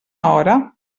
hora